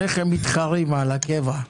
שניכם מתחרים על הקבע.